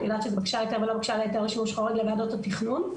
לוועדות התכנון,